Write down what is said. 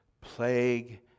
plague